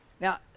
Now